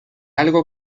algo